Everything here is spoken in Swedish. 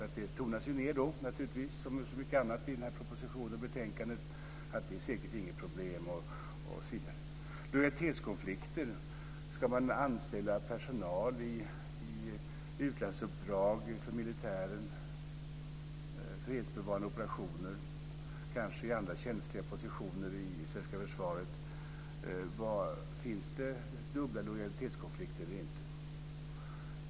Ja, det tonas naturligtvis ned som så mycket annat i denna proposition och i detta betänkande. Man säger att det säkert inte är något problem, osv. Hur blir det med lojalitetskonflikter? Ska man anställa personal i utlandsuppdrag för militären, i fredsbevarande operationer och kanske i andra känsliga positioner i det svenska försvaret? Finns det dubbla lojalitetskonflikter eller inte?